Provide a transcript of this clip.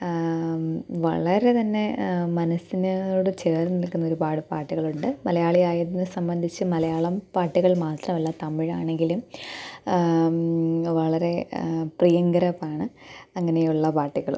വളരെ തന്നെ മനസ്സിനോട് ചേർന്ന് നിൽക്കുന്ന ഒരുപാട് പാട്ടുകളുണ്ട് മലയാളിയായതിനെ സംബന്ധിച്ച് മലയാളം പാട്ടുകൾ മാത്രമല്ല തമിഴാണെങ്കിലും വളരെ പ്രിയങ്കരമാണ് അങ്ങനെയുള്ള പാട്ടുകളും